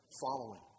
Following